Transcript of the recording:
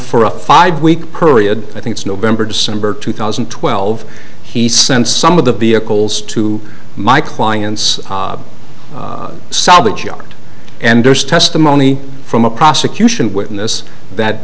for a five week period i think it's november december two thousand and twelve he sent some of the vehicles to my client's salvage yard and there's testimony from a prosecution witness that